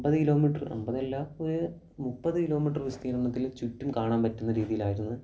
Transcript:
അമ്പത് കിലോമീറ്റർ അമ്പതല്ല ഒരു മുപ്പത് കിലോമീറ്റർ വിസ്തീർണത്തിൽ ചുറ്റും കാണാൻ പറ്റുന്ന രീതിയിലായിരുന്നു